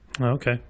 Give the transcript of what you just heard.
Okay